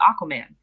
Aquaman